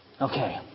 Okay